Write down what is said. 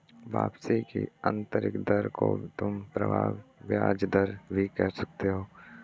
वापसी की आंतरिक दर को तुम प्रभावी ब्याज दर भी कह सकते हो